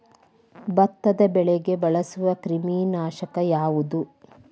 ಭತ್ತದ ಬೆಳೆಗೆ ಬಳಸುವ ಕ್ರಿಮಿ ನಾಶಕ ಯಾವುದು?